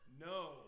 No